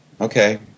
okay